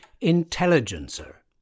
Intelligencer